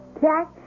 Jack